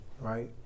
right